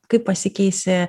kaip pasikeisi